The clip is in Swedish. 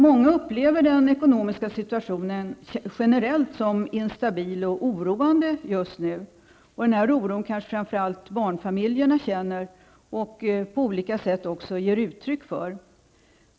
Många upplever nämligen den ekonomiska situationen generellt sett som instabil och oroande just nu, och den oron kanske framför allt barnfamiljerna känner och på olika sätt också ger uttryck för.